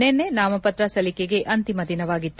ನಿನ್ನೆ ನಾಮಪತ್ರ ಸಲ್ಲಿಕೆಗೆ ಅಂತಿಮ ದಿನವಾಗಿತ್ತು